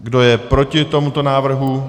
Kdo je proti tomuto návrhu?